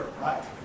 right